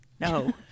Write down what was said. no